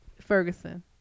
Ferguson